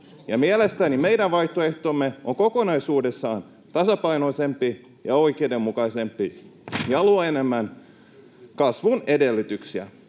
mielestäni meidän vaihtoehtomme on kokonaisuudessaan tasapainoisempi ja oikeudenmukaisempi ja luo enemmän kasvun edellytyksiä.